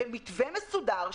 במתווה מסודר,